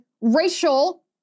racial